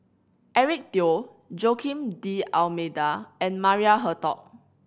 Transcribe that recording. Eric Teo Joaquim D'Almeida and Maria Hertogh